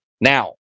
Now